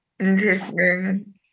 interesting